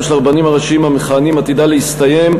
של הרבנים הראשיים המכהנים עתידה להסתיים,